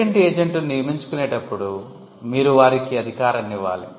patent ఏజెంట్ను నియమించుకునేటప్పుడు మీరు వారికి అధికారాన్ని ఇవ్వాలి